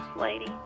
lady